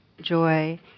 joy